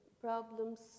problems